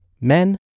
men